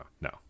no